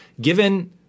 given